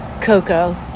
Coco